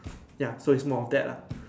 ya so it's more of that lah